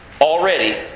Already